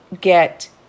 get